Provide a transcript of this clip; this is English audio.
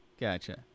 Gotcha